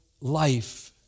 life